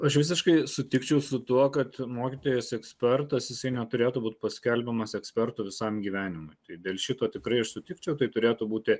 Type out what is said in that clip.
aš visiškai sutikčiau su tuo kad mokytojas ekspertas jisai neturėtų būt paskelbiamas ekspertu visam gyvenimui tai dėl šito tikrai aš sutikčiau tai turėtų būti